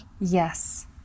Yes